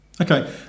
Okay